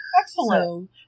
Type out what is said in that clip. Excellent